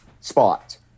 spot